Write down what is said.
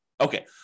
Okay